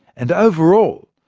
and overall,